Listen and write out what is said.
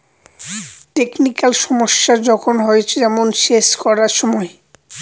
technical সমস্যা যখন হয়, যেমন সেচ করার সময়